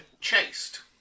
chased